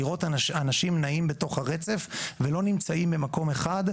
לראות אנשים נעים בתוך הרצף ולא נמצאים במקום אחד,